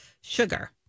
sugar